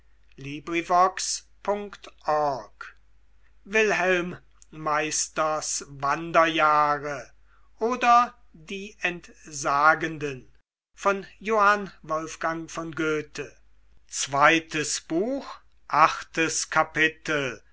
wilhelm meisters wanderjahre oder die entsagenden